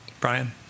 Brian